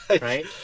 right